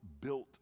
built